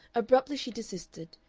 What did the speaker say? abruptly she desisted,